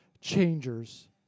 changers